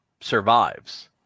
survives